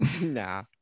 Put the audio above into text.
Nah